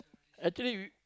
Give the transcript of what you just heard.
actually we